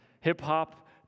hip-hop